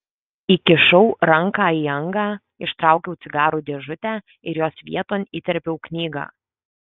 įkišau ranką į angą ištraukiau cigarų dėžutę ir jos vieton įterpiau knygą